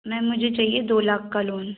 ma'am मुझे चाहिए दो लाख का लोन